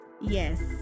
Yes